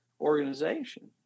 organization